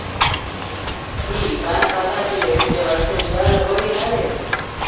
की bank खाता केँ लेल के.वाई.सी अनिवार्य होइ हएत?